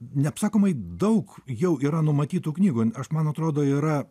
neapsakomai daug jau yra numatytų knygų aš man atrodo yra